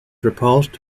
repulsed